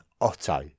Otto